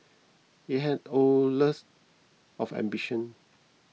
it has oodles of ambition